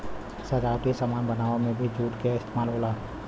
सजावटी सामान बनावे में भी जूट क इस्तेमाल होला